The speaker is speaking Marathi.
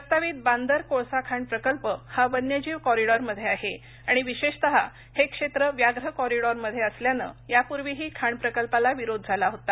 प्रस्तावित बांदर कोळसा खाण प्रकल्प हा वन्यजीव कॉरिडॉरमध्ये आहे आणि विशेषत हे क्षेत्र व्याघ्र कॉरिडॉरमध्ये असल्याने यापूर्वीही खाण प्रकल्पाला विरोध झाला होता